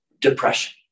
Depression